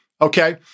okay